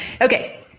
Okay